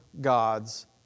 gods